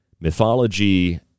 mythology